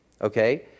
okay